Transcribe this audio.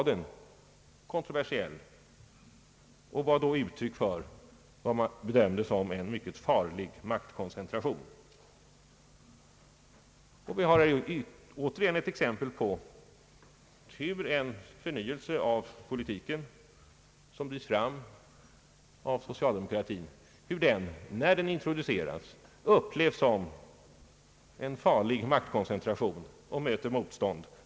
Den var då uttryck för vad man bedömde som en mycket farlig maktkoncentration, Vi har här återigen ett exempel på hur en förnyelse av politiken som bedrivs av socialdemokratin, när den introduceras upplevs som en farlig maktkoncentration och möter motstånd.